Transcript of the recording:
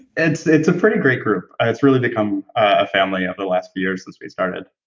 it's it's a pretty great group. it's really become a family over the last few years since we've started.